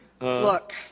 Look